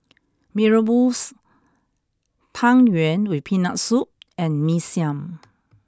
Mee Rebus Tang Yuen with peanut soup and Mee Siam